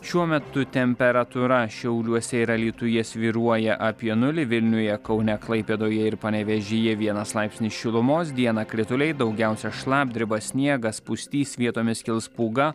šiuo metu temperatūra šiauliuose ir alytuje svyruoja apie nulį vilniuje kaune klaipėdoje ir panevėžyje vienas laipsnis šilumos dieną krituliai daugiausia šlapdriba sniegas pustys vietomis kils pūga